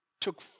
took